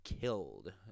killed